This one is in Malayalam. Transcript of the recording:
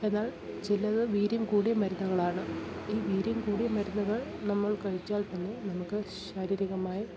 എന്നാൽ ചിലത് വീര്യം കൂടിയ മരുന്നുകളാണ് ഈ വീര്യം കൂടിയ മരുന്നുകൾ നമ്മൾ കഴിച്ചാൽ തന്നെ നമുക്ക് ശാരീരികമായി